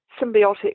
symbiotic